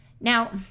Now